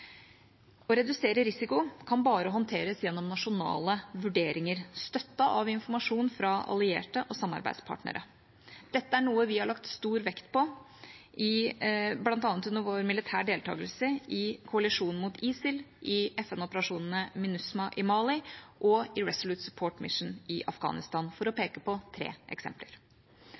Å redusere risiko kan bare håndteres gjennom nasjonale vurderinger, støttet av informasjon fra allierte og samarbeidspartnere. Dette er noe vi har lagt stor vekt på, bl.a. under vår militære deltakelse i koalisjonen mot ISIL, i FN-operasjonene MINUSMA i Mali og i Resolute Support Mission i Afghanistan – for å peke på tre eksempler.